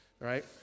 right